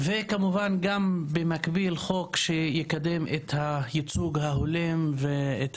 וכמובן גם במקביל חוק שיקדם את הייצוג ההולם ואת